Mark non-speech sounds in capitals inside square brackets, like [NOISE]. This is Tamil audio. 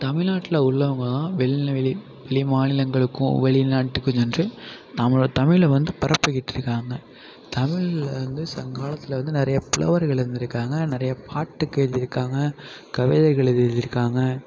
தமிழ்நாட்ல உள்ளவங்கள்லாம் வெளி வெளி வெளிமாநிலங்களுக்கும் வெளிநாட்டு [UNINTELLIGIBLE] நம்மளோட தமிழை வந்து பரப்பிக்கிட்டுருக்காங்க தமிழில் வந்து சங்ககாலத்தில் வந்து நிறைய புலவர்கள் இருந்திருக்காங்க நிறைய பாட்டுக்கள் எழுதியிருக்காங்க கவிதைகள் எழுதியிருக்காங்க